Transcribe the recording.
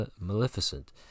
Maleficent